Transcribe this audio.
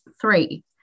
Three